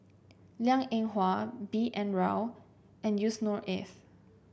Liang Eng Hwa B N Rao and Yusnor Ef